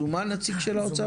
זומן נציג של האוצר?